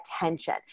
attention